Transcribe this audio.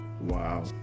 Wow